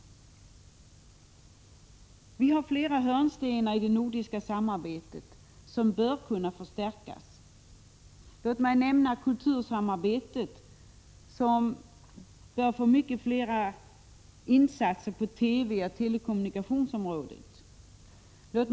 Vi har flera hörnstenar i det nordiska samarbetet som bör kunna förstärkas. Låt mig nämna kultursamarbetet, som bör få mycket fler insatser på TV och telekommunikationsområdet.